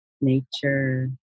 nature